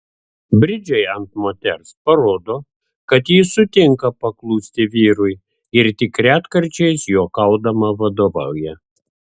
bridžai ant moters parodo kad ji sutinka paklusti vyrui ir tik retkarčiais juokaudama vadovauja